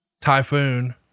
Typhoon